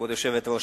כבוד היושבת-ראש,